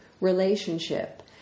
relationship